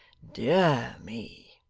dear me